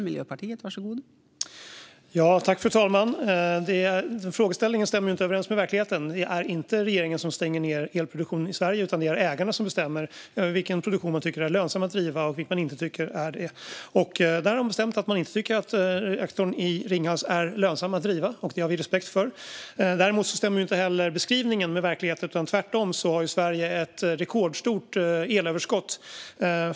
Fru talman! Frågeställningen stämmer inte överens med verkligheten. Det är inte regeringen som stänger ned elproduktionen i Sverige. Det är ägarna som bestämmer över vilken produktion som man tycker är lönsam att driva och vilken man inte tycker är det. Där har man bestämt att man inte tycker att reaktorn i Ringhals är lönsam att driva, och det har vi respekt för. Inte heller beskrivningen stämmer med verkligheten. Sverige har tvärtom ett rekordstort elöverskott.